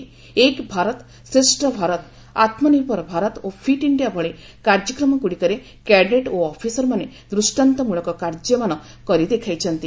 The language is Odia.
'ଏକ୍ ଭାରତ ଶ୍ରେଷ ଭାରତ' 'ଆତ୍ମ ନିର୍ଭର ଭାରତ' ଓ 'ଫିଟ୍ ଇଣ୍ଡିଆ' ଭଳି କାର୍ଯ୍ୟକ୍ରମ ଗୁଡ଼ିକରେ କ୍ୟାଡେଟ୍ ଓ ଅଫିସର୍ମାନେ ଦୃଷ୍ଟାନ୍ତମଳକ କାର୍ଯ୍ୟମାନ କରି ଦେଖାଇଛନ୍ତି